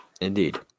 Indeed